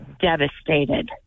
devastated